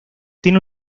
tiene